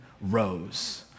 rose